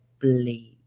bleed